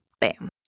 Bam